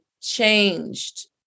changed